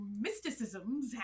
mysticisms